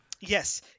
Yes